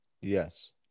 yes